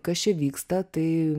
kas čia vyksta tai